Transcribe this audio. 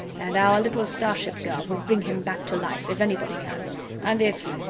and our little starship girl will bring him back to life if anybody can and if.